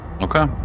Okay